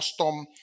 custom